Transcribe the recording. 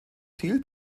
thiel